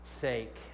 sake